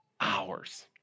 hours